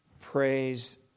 praise